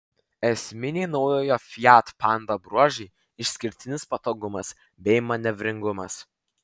esminiai naujojo fiat panda bruožai išskirtinis patogumas bei manevringumas